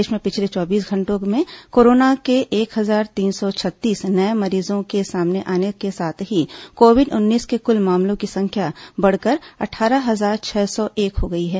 देश में पिछले चौबीस घंटों में कोरोना के एक हजार तीन सौ छत्तीस नये मरीजों के सामने आने के साथ ही कोविड उन्नीस के कुल मामलों की संख्या बढ़कर अट्ठारह हजार छह सौ एक हो गई है